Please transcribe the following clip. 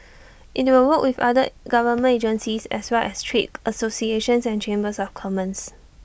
IT will work with other government agencies as well as trade associations and chambers of commerce